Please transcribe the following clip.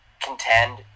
Contend